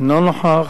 אינו נוכח,